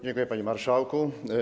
Dziękuję, panie marszałku.